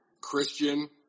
Christian